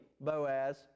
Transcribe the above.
Boaz